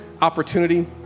opportunity